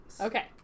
Okay